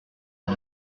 dix